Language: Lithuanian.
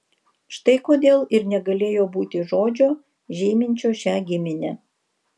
štai kodėl ir negalėjo būti žodžio žyminčio šią giminę